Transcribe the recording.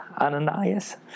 Ananias